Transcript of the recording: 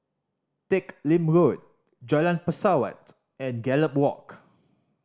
Teck Lim Road Jalan Pesawat and Gallop Walk